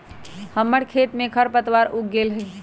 हमर खेत में खरपतवार उग गेल हई